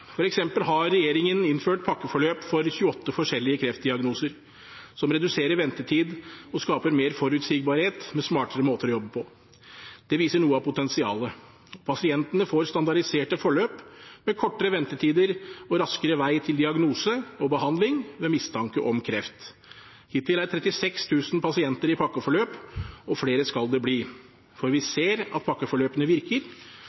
eksempel har regjeringen innført pakkeforløp for 28 forskjellige kreftdiagnoser, som reduserer ventetid og skaper mer forutsigbarhet med smartere måter å jobbe på. Det viser noe av potensialet. Og pasientene får standardiserte forløp med kortere ventetider og raskere vei til diagnose og behandling ved mistanke om kreft. Hittil er 36 000 pasienter i pakkeforløp, og flere skal det bli. For vi ser at pakkeforløpene virker,